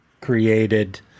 created